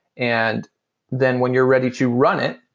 and then when you're ready to run it,